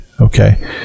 Okay